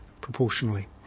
proportionally